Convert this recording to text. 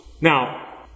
Now